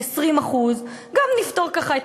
20%. גם נפתור ככה את